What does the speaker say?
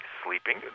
sleeping